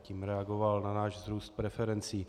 Tím reagoval na náš růst preferencí.